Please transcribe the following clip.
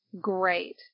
great